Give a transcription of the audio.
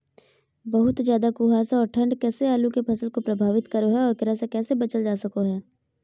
बहुत ज्यादा कुहासा और ठंड कैसे आलु के फसल के प्रभावित करो है और एकरा से कैसे बचल जा सको है?